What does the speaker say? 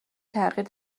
تغییر